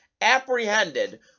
apprehended